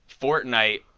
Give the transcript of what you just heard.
Fortnite